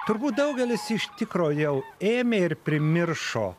turbūt daugelis iš tikro jau ėmė ir primiršo